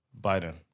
Biden